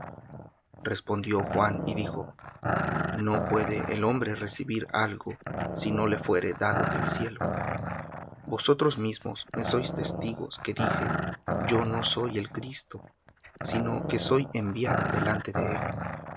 respondió juan y dijo no puede el hombre recibir algo si no le fuere dado del cielo vosotros mismos me sois testigos que dije yo no soy el cristo sino que soy enviado delante de él